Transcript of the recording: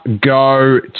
go